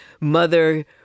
mother